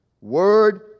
word